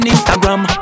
Instagram